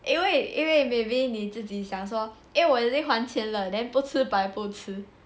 因为因为 maybe 你自己想说因为我还钱了 then 不吃白不吃